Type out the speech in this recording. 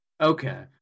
okay